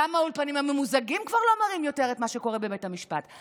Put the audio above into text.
למה האולפנים הממוזגים כבר לא מראים את מה שקורה בבית המשפט?